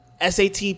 SAT